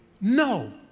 no